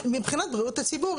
מבחינת בריאות הציבור.